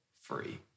free